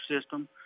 system